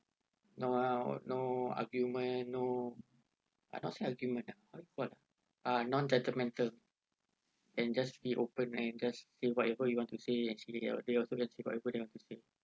no lah no argument no I not say argument lah what what ah non-judgemental and just be open and just say whatever you want to say actually they they also say whatever they have to say